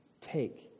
take